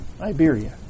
Iberia